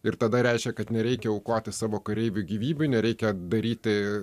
ir tada reiškia kad nereikia aukoti savo kareivių gyvybių nereikia daryti